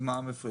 אז מה מפריע?